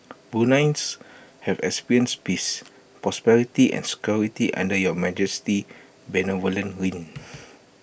Bruneians have experienced peace prosperity and security under your Majesty's benevolent reign